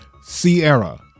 Sierra